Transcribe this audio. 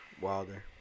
Wilder